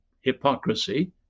hypocrisy